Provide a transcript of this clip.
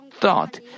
thought